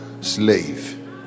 slave